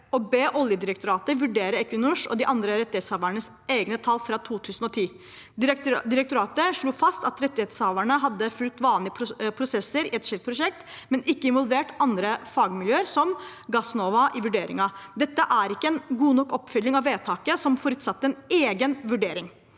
å be Oljedirektoratet vurdere Equinors og de andre rettighetshavernes egne tall fra 2010. Direktoratet slo fast at rettighetshaverne hadde fulgt vanlige prosesser i et slikt prosjekt, men ikke involvert andre fagmiljøer, som Gassnova, i vurderingen. Dette er ikke en god nok oppfølging av vedtaket, som forutsatte en egen vurdering.